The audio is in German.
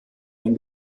ein